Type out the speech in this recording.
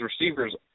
receivers